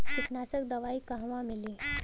कीटनाशक दवाई कहवा मिली?